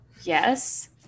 Yes